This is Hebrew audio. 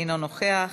אינו נוכח,